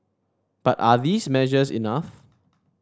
but are these measures enough